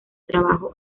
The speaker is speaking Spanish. trabajo